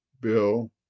Bill